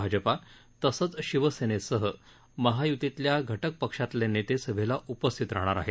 भाजपा तसंच शिवसेनेसह महायुतीतल्या घटक पक्षातले नेते सभेला उपस्थित राहणार आहेत